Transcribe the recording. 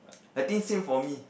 I think same for me